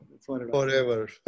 forever